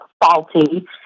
faulty